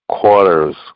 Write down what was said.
quarters